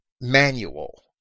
manual